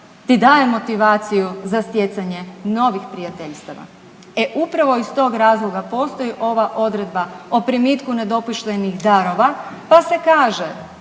ti daje motivaciju za stjecanje novih prijateljstava. E upravo iz tog razloga postoji ova odredba o primitku nedopuštenih darova, pa se kaže